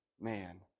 man